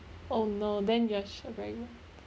oh no then your shirt very wet